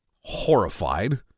horrified